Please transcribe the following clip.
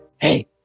Hey